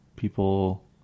People